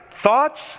Thoughts